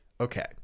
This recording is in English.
Okay